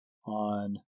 on